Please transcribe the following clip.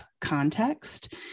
context